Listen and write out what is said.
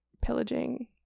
pillaging